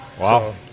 Wow